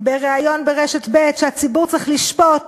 בריאיון ברשת ב' שהציבור צריך לשפוט